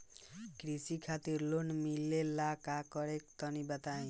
कृषि खातिर लोन मिले ला का करि तनि बताई?